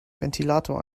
ventilator